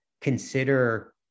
Consider